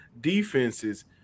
Defenses